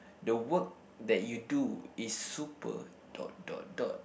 the work that you do is super dot dot dot